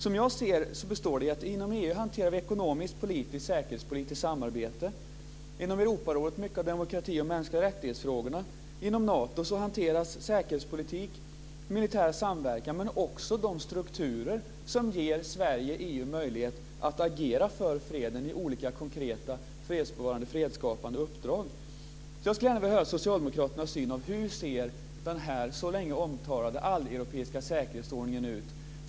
Som jag ser det består den i att inom EU hanterar vi ekonomiskt, politiskt och säkerhetspolitiskt samarbete, inom Europarådet mycket av demokratifrågor och frågor om mänskliga rättigheter och inom Nato säkerhetspolitik och militär samverkan men också de strukturer som ger Sverige och EU möjlighet att agera för freden i olika konkreta fredsbevarande och fredsskapande uppdrag. Jag skulle gärna vilja höra socialdemokraternas syn på hur den så länge omtalade alleuropeiska säkerhetsordningen ser ut.